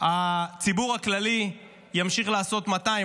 הציבור הכללי ימשיך לעשות 200,